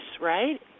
right